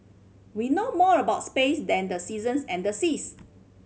we know more about space than the seasons and the seas